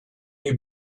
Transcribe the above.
you